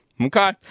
Okay